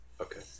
Okay